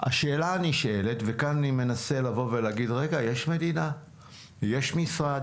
אני מנסה להגיד שיש מדינה ויש משרד.